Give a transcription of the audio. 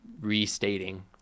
restating